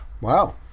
Wow